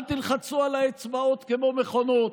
אל תלחצו עם האצבעות כמו מכונות.